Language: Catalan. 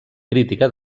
crítica